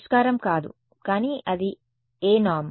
పరిష్కారం కాదు కానీ అది ఏ నార్మ్